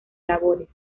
labores